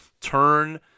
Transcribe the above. Turn